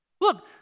Look